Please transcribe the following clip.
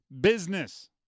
business